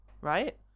right